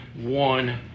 one